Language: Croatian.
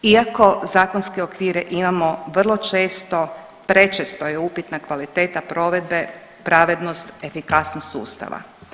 Iako zakonske okvire imamo vrlo često, prečesto je upitna kvaliteta provedbe pravednost, efikasnost sustava.